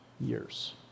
years